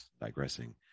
digressing